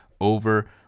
over